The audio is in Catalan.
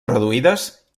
reduïdes